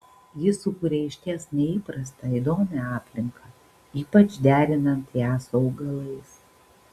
ji sukuria išties neįprastą įdomią aplinką ypač derinant ją su augalais